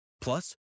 Plus